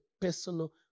personal